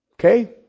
Okay